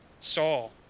Saul